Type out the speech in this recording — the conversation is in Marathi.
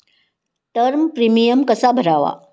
टर्म प्रीमियम कसा भरावा?